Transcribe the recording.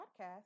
Podcast